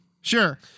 Sure